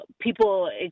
people